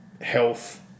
health